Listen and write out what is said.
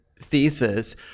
thesis